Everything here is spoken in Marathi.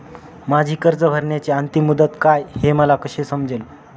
माझी कर्ज भरण्याची अंतिम मुदत काय, हे मला कसे समजेल?